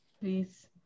Please